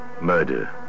murder